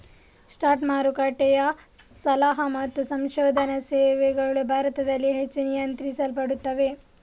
stock ಮಾರುಕಟ್ಟೆಯ ಸಲಹಾ ಮತ್ತು ಸಂಶೋಧನಾ ಸೇವೆಗಳು ಭಾರತದಲ್ಲಿ ಹೆಚ್ಚು ನಿಯಂತ್ರಿಸಲ್ಪಡುತ್ತವೆ